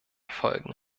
folgen